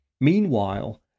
Meanwhile